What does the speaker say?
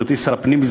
שבהיותי שר הפנים,